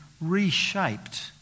reshaped